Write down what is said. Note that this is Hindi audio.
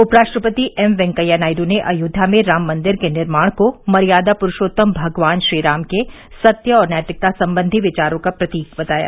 उपराष्ट्रपति एम वेंकैया नायडू ने अयोध्या में राम मंदिर के निर्माण को मर्यादा पुरूषोतम भगवान श्रीराम के सत्य और नैतिकता संबंधी विचारों का प्रतीक बताया